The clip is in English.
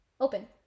Open